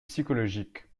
psychologique